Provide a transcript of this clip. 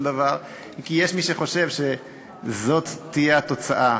דבר היא כי יש מי שחושב שזאת תהיה התוצאה,